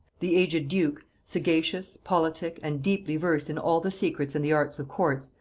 the aged duke, sagacious, politic, and deeply versed in all the secrets and the arts of courts,